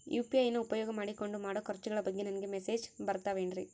UPI ನ ಉಪಯೋಗ ಮಾಡಿಕೊಂಡು ಮಾಡೋ ಖರ್ಚುಗಳ ಬಗ್ಗೆ ನನಗೆ ಮೆಸೇಜ್ ಬರುತ್ತಾವೇನ್ರಿ?